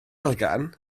elgan